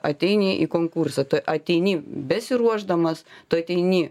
ateini į konkursą tu ateini besiruošdamas tu ateini